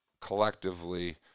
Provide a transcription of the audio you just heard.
collectively